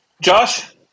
Josh